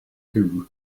too